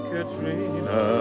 Katrina